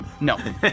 No